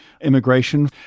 immigration